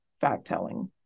fact-telling